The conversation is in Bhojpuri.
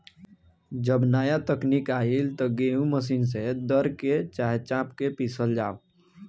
जब नाया तकनीक आईल त गेहूँ मशीन से दर के, चाहे चाप के पिसल जाव